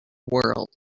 world